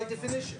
By definition.